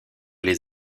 les